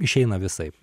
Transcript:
išeina visaip